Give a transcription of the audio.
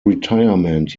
retirement